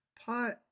Pot